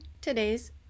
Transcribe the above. today's